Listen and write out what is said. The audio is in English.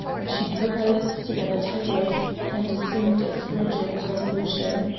when she drew her lips together tightly and assumed a frigid resolution.